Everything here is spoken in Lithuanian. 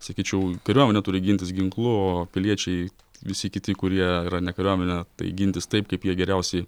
sakyčiau kariuomenė turi gintis ginklu o piliečiai visi kiti kurie yra ne kariuomenė tai gintis taip kaip jie geriausiai